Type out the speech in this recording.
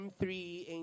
M3